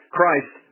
Christ